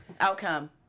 Outcome